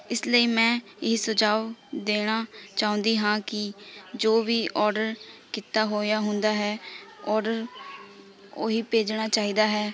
ਇਸ ਲਈ ਮੈਂ ਇਹੀ ਸੁਝਾਓ ਦੇਣਾ ਚਾਹੁੰਦੀ ਹਾਂ ਕਿ ਜੋ ਵੀ ਔਡਰ ਕੀਤਾ ਹੋਇਆ ਹੁੰਦਾ ਹੈ ਔਡਰ ਉਹੀ ਭੇਜਣਾ ਚਾਹੀਦਾ ਹੈ